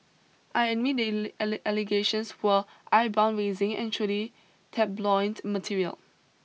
I admit the allegations were eyebrow raising and truly tabloid material